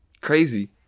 crazy